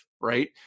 right